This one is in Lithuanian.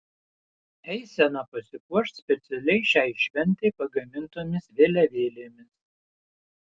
eisena pasipuoš specialiai šiai šventei pagamintomis vėliavėlėmis